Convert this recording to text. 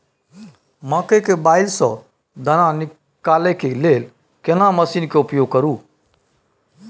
मकई के बाईल स दाना निकालय के लेल केना मसीन के उपयोग करू?